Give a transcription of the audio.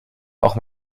auch